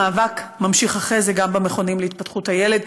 המאבק ממשיך אחרי זה גם במכונים להתפתחות הילד,